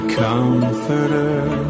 comforter